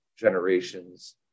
generations